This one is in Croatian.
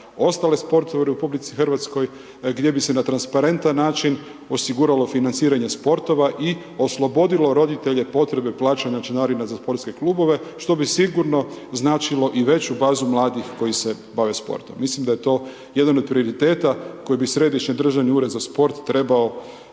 ostale sportove u RH gdje bi se na transparentan način osiguralo financiranje sportova i oslobodilo roditelje potrebe plaćanja članarina za sportske klubove, što bi sigurno značilo i veću bazi mladih koji se bave sportom. Mislim da je to jedan od prioriteta koji bi Središnji državni ured za sport trebao